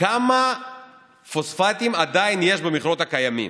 כמה פוספטים עדיין יש במכרות הקיימים.